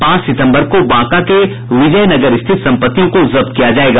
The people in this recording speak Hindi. पांच सितम्बर को बांका के विजय नगर स्थित सम्पत्तियों को जब्त किया जायेगा